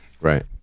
right